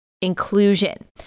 inclusion